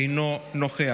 אינו נוכח.